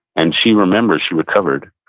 and she remembered, she recovered,